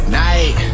night